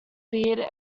beard